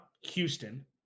Houston